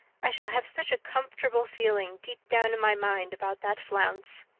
i shall have such a comfortable feeling deep down in my mind about that flounce.